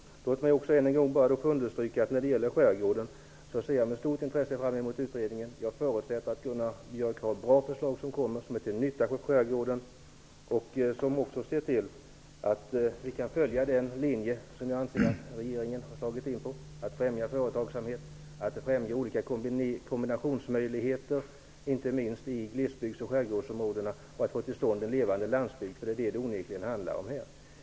Låt mig också än en gång understryka att jag med stort intresse ser fram emot Utredningen om förutsättningarna för en levande skärgård. Jag förutsätter att Gunnar Björk kommer med bra förslag som är till nytta för skärgården och som också gör att vi kan följa den linje som jag anser att regeringen har slagit in på när det gäller att främja företagsamhet, och olika kombinationsmöjligheter, inte minst i glesbygds och skärgårdsområdena, samt att få till stånd en levande landsbygd. Det handlar onekligen om det.